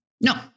no